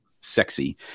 sexy